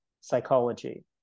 psychology